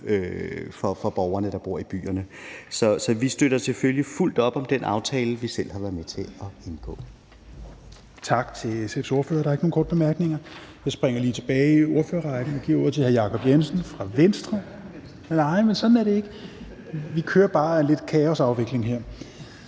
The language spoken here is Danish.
for de borgere, der bor i byerne. Så vi støtter selvfølgelig fuldt op om den aftale, vi selv har været med til at indgå.